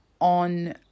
on